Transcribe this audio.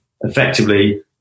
effectively